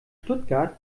stuttgart